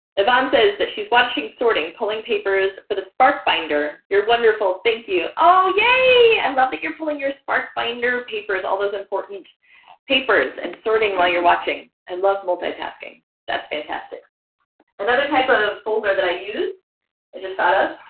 um says that she's watching sorting pulling papers for the spark binder you're wonderful thank you oh yay i and love that you're pulling your spark binder papers all those important papers and sorting while you're watching i love multitasking that's fantastic another type of folder that i used i just thought of